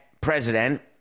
president